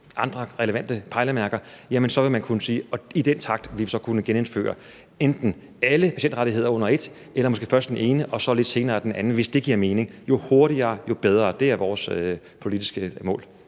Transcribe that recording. andre relevante pejlemærker vil man kunne sige, at i den takt vil der kunne genindføres enten alle patientrettigheder under et eller måske først den ene og så lidt senere den anden, hvis det giver mening. Jo hurtigere, jo bedre. Det er vores politiske mål.